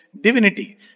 divinity